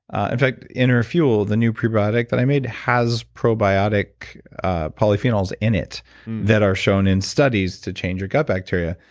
ah in fact, inner fuel, the new prebiotic that i made, has probiotic polyphenols in it that are shown in studies to change your gut bacteria.